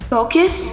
Focus